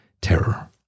terror